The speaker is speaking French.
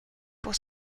pour